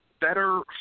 better